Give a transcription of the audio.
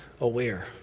aware